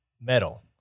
metal